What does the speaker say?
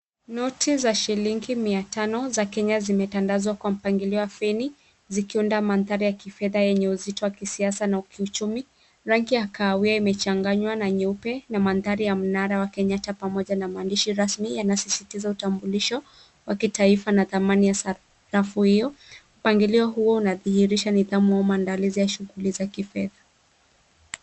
Noti za shilingi mia tano za Kenya zimetandazwa kwa mpangilio wa feni zikiunda mandhari ya kifedha yenye uzito wa kisiasa na kiuchumi, rangi ya kahawia imechanganywa na nyeupe na mandhari ya mnara wa Kenyatta pamoja na maandishi rasmi yanasisitiza utambulisho wa kitaifa na dhamani ya sarafu hiyo, mpangilio huo unadhihirisha nidhamu au maandalizi ya shughuli za kifedha.